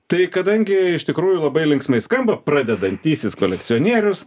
tai kadangi iš tikrųjų labai linksmai skamba pradedantysis kolekcionierius